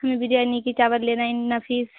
हमें बिरयानी की चावल लेना है नफीस